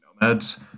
Nomads